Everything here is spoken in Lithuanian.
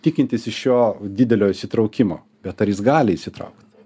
tikintis iš jo didelio įsitraukimo bet ar jis gali įsitraukt